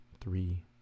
three